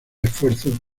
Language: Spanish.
esfuerzos